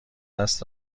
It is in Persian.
دست